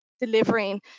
delivering